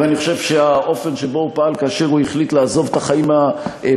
ואני חושב שהאופן שבו הוא פעל כאשר הוא החליט לעזוב את החיים הפוליטיים,